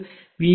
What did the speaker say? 95 p